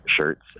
shirts